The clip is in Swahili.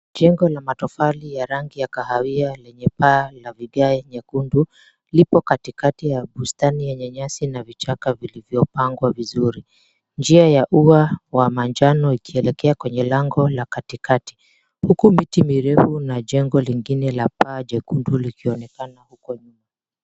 Jengo la matofali ya rangi ya kahawia lenye paa la vigae nyekundu lipo katikati ya bustani yenye nyasi na vichaka lilipongwa vizuri. Njia ya ua la manjano ikielekea kwenye lango la katikati huku miti mirefu na jengo lingine la paa jekundu likionekana huko nyuma.